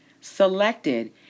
selected